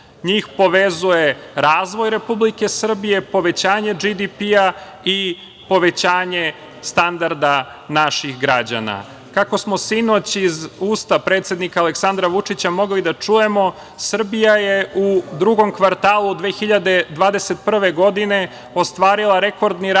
njih povezuje razvoj Republike Srbije, povećanje BDP i povećanje standarda naših građana. Kako smo sinoć iz usta predsednika Aleksandra Vučića mogli da čujemo Srbija je u drugom kvartalu 2021. godine ostvarila rekordni rast